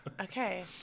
Okay